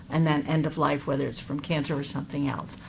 and then end of life, whether it's from cancer or something else.